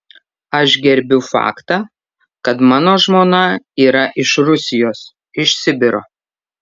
aš gerbiu faktą kad mano žmona yra iš rusijos iš sibiro